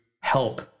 help